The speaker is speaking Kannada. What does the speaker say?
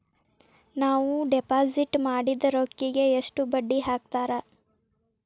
ನಾವು ಡಿಪಾಸಿಟ್ ಮಾಡಿದ ರೊಕ್ಕಿಗೆ ಎಷ್ಟು ಬಡ್ಡಿ ಹಾಕ್ತಾರಾ?